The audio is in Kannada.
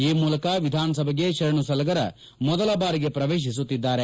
ಈ ಮೂಲಕ ವಿಧಾನಸಭೆಗೆ ಶರಣು ಸಲಗರ ಮೊದಲ ಬಾರಿಗೆ ಪ್ರವೇತಿಸುತ್ತಿದ್ದಾರೆ